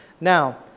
Now